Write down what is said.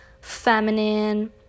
feminine